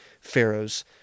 Pharaoh's